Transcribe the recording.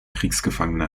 kriegsgefangene